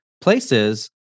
places